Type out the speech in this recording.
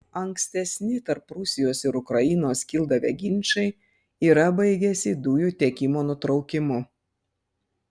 ankstesni tarp rusijos ir ukrainos kildavę ginčai yra baigęsi dujų tiekimo nutraukimu